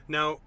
Now